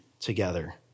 together